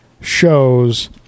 shows